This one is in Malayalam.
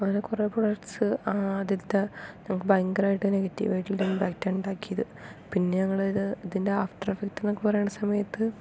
അങ്ങനെ കുറെ പ്രൊഡക്ട്സ് ആദ്യത്തെ നമുക്ക് ഭയങ്കരമായിട്ട് നെഗറ്റീവ് ആയിട്ടുള്ള ഇമ്പാക്റ്റ് ആണ് ഉണ്ടാക്കിയത് പിന്നെ ഞങ്ങൾ ഇത് ഇതിൻ്റെ ആഫ്റ്റർ എഫ്ഫക്റ്റ് എന്നൊക്കെ പറയുന്ന സമയത്ത്